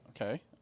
Okay